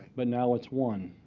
but now it's one.